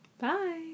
Bye